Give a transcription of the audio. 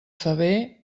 faver